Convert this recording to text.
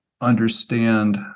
understand